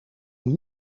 een